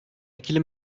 ikili